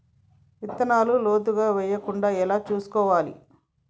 విత్తనాలు లోతుగా వెయ్యకుండా ఎలా చూసుకోవాలి?